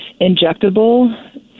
injectable